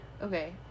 Okay